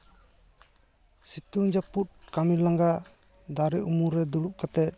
ᱥᱤᱛᱩᱝᱼᱡᱟᱹᱯᱩᱫ ᱠᱟᱹᱢᱤ ᱞᱟᱸᱜᱟ ᱫᱟᱨᱮ ᱩᱢᱩᱞ ᱨᱮ ᱫᱩᱲᱩᱵ ᱠᱟᱛᱮᱫ